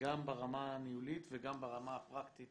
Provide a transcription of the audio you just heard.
גם ברמה הניהולית וגם ברמה הפרקטית